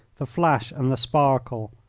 the flash and the sparkle,